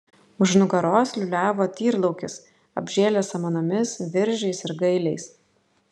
už nugaros liūliavo tyrlaukis apžėlęs samanomis viržiais ir gailiais